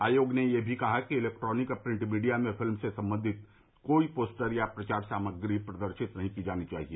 आयोग ने यह भी कहा कि इलेक्ट्रोनिक और प्रिंट मीडिया में फिल्म से संबंधित कोई पोस्टर या प्रचार सामग्री प्रदर्शित नहीं की जानी चाहिए